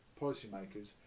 policymakers